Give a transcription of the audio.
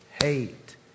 Hate